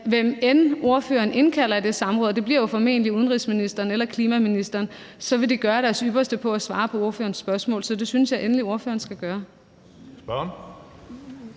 hvem end ordføreren indkalder til det samråd, og det bliver formentlig udenrigsministeren eller klimaministeren, så vil de gøre deres ypperste for at svare på ordførerens spørgsmål. Så det synes jeg endelig ordføreren skal gøre.